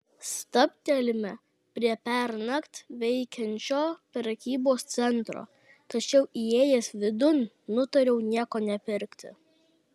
stabtelime prie pernakt veikiančio prekybos centro tačiau įėjęs vidun nutariu nieko nepirkti